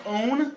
own